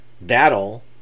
battle